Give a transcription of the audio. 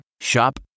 Shop